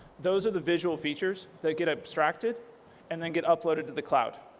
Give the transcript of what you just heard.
those are the visual features that get abstracted and then get uploaded to the cloud.